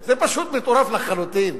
זה פשוט מטורף לחלוטין.